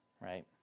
right